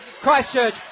Christchurch